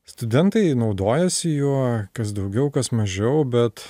studentai naudojasi juo kas daugiau kas mažiau bet